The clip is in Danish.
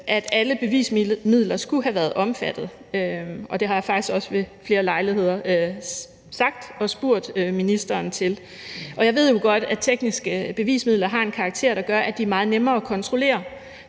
at alle bevismidler skulle have været omfattet, og det har jeg faktisk også ved flere lejligheder sagt, og jeg har spurgt ministeren til det. Jeg ved jo godt, at tekniske bevismidler har en karakter, der gør, at de er meget nemmere at kontrollere,